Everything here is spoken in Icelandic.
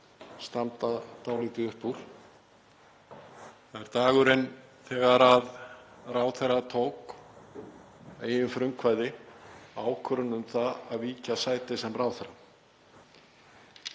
standa dálítið upp úr. Það er dagurinn þegar ráðherra tók að eigin frumkvæði ákvörðun um það að víkja sæti sem ráðherra.